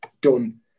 done